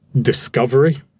discovery